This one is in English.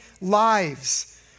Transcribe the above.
lives